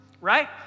right